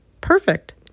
Perfect